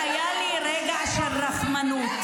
ערבי שרוצה לטפל בך.